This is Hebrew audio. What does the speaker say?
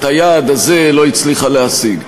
את היעד הזה לא הצליחה להשיג,